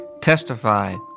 testified